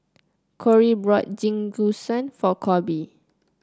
Corey bought Jingisukan for Koby